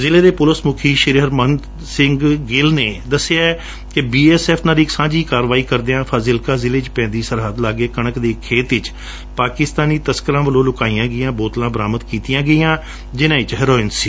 ਜਿਲ੍ਲੇ ਦੇ ਪੂਲਿਸ ਮੁਖੀ ਹਰਮਨਬੀਰ ਸਿੰਘ ਗਿੱਲ ਨੇ ਦੱਸਿਐ ਕਿ ਬੀਐਸਐਫ ਨਾਲ ਇਕ ਸਾਂਝੀ ਕਾਰਵਾਈ ਕਰਦਿਆਂ ਫਾਜਿਲਕਾ ਜਿਲ੍ਹੇ 'ਚ ਪੈਂਦੀ ਸਰਹੱਦ ਲਾਗੇ ਕਣਕ ਦੇ ਇਕ ਖੇਤ ਵਿਚ ਪਾਕਿਸਤਾਨੀ ਤਸਕਰਾਂ ਵਲੋਂ ਲੁਕਾਈਆਂ ਗਈਆਂ ਬੋਤਲਾਂ ਬਰਾਮਦ ਕਤੀਆਂ ਗਈਆਂ ਜਿਨ੍ਹਾਂ ਵਿਚ ਹੇਰੋਇਨ ਸੀ